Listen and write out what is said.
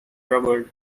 troubled